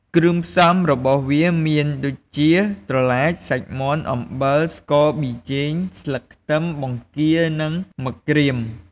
គ្រឿងផ្សំរបស់វាមានដូចជា ត្រឡាច សាច់មាន់ អំបិល ស្ករ ប៊ីចេង ស្លឹកខ្ទឹម បង្គារនិងមឹកក្រៀម។